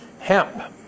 Hemp